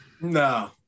No